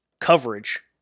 coverage